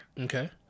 Okay